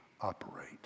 operate